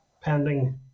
pending